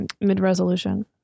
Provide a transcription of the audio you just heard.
mid-resolution